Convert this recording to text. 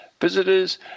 visitors